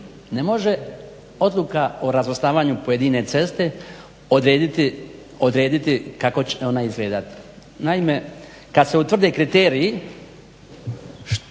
Ne može odluka o razvrstavanju pojedine ceste odrediti kako će ona izgledati. Naime, kad se utvrde kriteriji što,